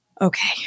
okay